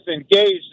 engaged